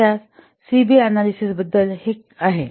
तर या C B analysis बद्दल हे काहीतरी आहे